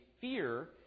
fear